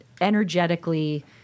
energetically